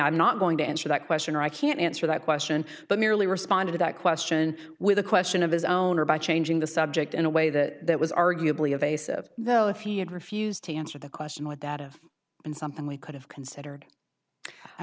i'm not going to answer that question or i can't answer that question but merely respond to that question with a question of his own or by changing the subject in a way that was arguably evasive though if he had refused to answer the question would that have been something we could have considered i